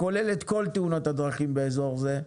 הכולל את כל תאונות הדרכים באזור זה,